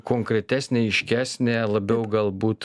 konkretesnė aiškesnė labiau galbūt